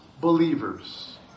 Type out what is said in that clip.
believers